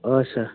হয় ছাৰ